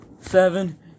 seven